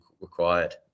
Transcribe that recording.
required